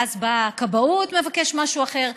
ואז באה הכבאות ומבקשת משהו אחר,